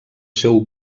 seu